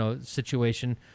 situation